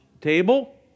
table